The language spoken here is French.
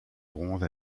bronze